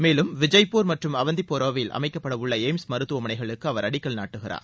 மேலும் விஜய்ப்பூர் மற்றும் அவந்திபுராவில் அமைக்கப்படவுள்ள எய்ம்ஸ் மருத்துவனைகளுக்கு அவர் அடிக்கல் நாட்டுகிறார்